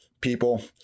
people